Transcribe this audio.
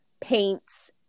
paints